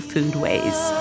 Foodways